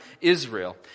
Israel